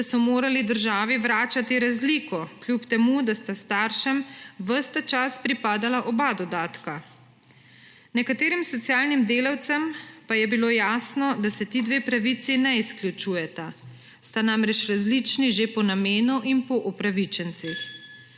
da so morali državi vračati razliko, kljub temu da sta staršem ves ta čas pripadala oba dodatka. Nekaterim socialnim delavcem pa je bilo jasno, da se ti dve pravici ne izključujeta, sta namreč različni že po namenu in po upravičencih.